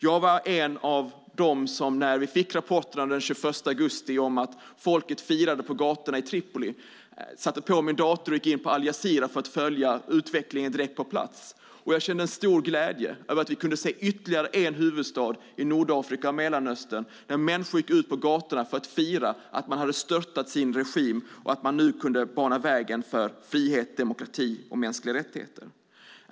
När vi den 21 augusti fick rapporterna om att folket firade på gatorna i Tripoli var jag en av dem som satte på min dator och gick in på al-Jazira för att följa utvecklingen direkt på plats. Jag kände en stor glädje över att vi kunde se ytterligare en huvudstad i Nordafrika och Mellanöstern där människor gick ut på gatorna för att fira att man hade störtat sin regim och att man nu kunde bana vägen för frihet, demokrati och mänskliga rättigheter.